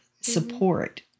support